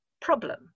problem